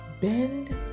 bend